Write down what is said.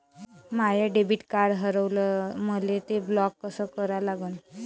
माय debit card हारवलं, मले ते ब्लॉक कस करा लागन?